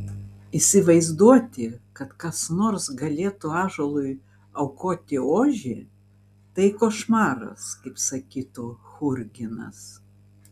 įsivaizduoti kad kas nors galėtų ąžuolui aukoti ožį tai košmaras kaip sakytų churginas